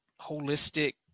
holistic